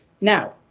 Now